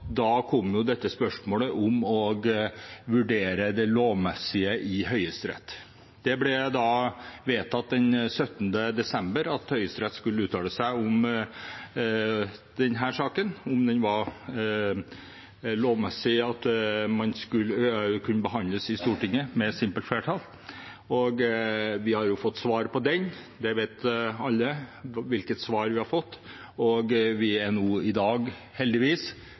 desember at Høyesterett skulle uttale seg om denne saken, og om den lovmessig kunne vedtas i Stortinget med simpelt flertall. Vi har fått svar på det, og alle vet hvilket svar vi har fått. Vi er nå i dag – heldigvis